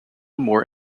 more